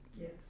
yes